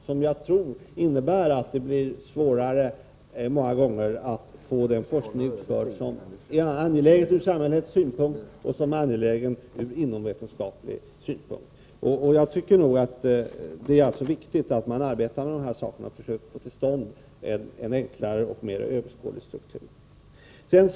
Jag tror att detta innebär att det många gånger blir svårare att få den forskning utförd som är angelägen ur samhällets synpunkt och ur inomvetenskaplig synpunkt. Det är viktigt att man arbetar med dessa frågor och försöker få till stånd en enklare och mer överskådlig struktur.